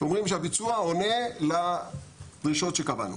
שהביצוע עונה לדרישות שקבענו.